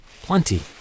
Plenty